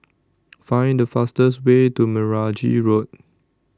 Find The fastest Way to Meragi Road